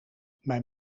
mijn